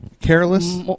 careless